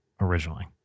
originally